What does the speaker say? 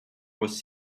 was